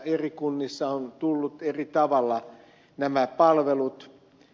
eri kunnissa on tullut eri tavalla näitä palveluita